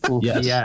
Yes